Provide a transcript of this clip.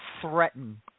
threaten